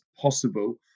possible